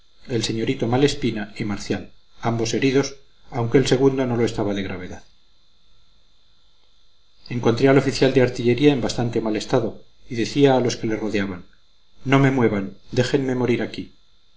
el señorito malespina y marcial ambos heridos aunque el segundo no lo estaba de gravedad encontré al oficial de artillería en bastante mal estado y decía a los que le rodeaban no me muevan déjenme morir aquí